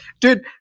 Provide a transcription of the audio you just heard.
dude